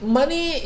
money